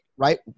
right